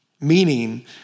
Meaning